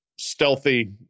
stealthy